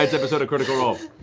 episode of critical role.